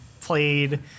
played